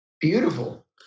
Beautiful